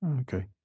Okay